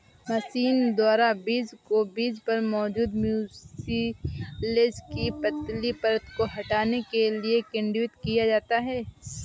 machine द्वारा बीज को बीज पर मौजूद म्यूसिलेज की पतली परत को हटाने के लिए किण्वित किया जाता है